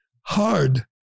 hard